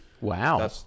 Wow